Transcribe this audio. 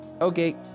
Okay